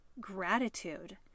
gratitude